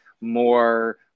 more